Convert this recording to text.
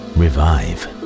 revive